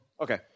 Okay